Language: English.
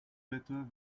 better